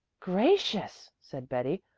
gracious! said betty.